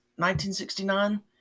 1969